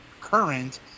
current –